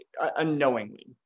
unknowingly